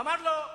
אמר לו: